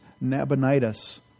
Nabonidus